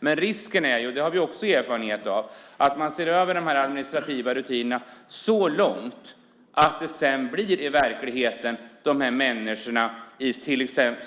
Men risken är ju, det har vi också erfarenhet av, att man ser över de administrativa rutinerna så långt att det sedan i verkligheten blir de människor